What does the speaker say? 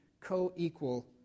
co-equal